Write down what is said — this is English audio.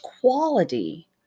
quality